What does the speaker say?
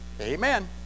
Amen